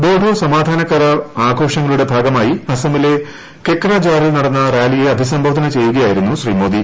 ബോഡോ സമാധാനകരാർ ആഘോഷങ്ങളുടെ ഭാഗമായി അസ്സമിലെ കെക്രജാറിൽ നടന്ന റാലിയെ അഭിസംബോധന ചെയ്യുകയായിരുന്നു ശ്രീ മോദി